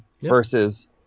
versus